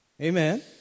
Amen